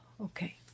Okay